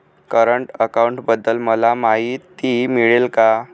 Current अकाउंटबद्दल मला माहिती मिळेल का?